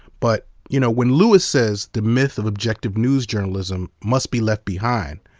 but you know when lewis says the myth of objective news journalism must be left behind,